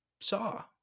Saw